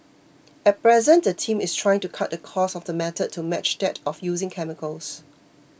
at present the team is trying to cut the cost of the method to match that of using chemicals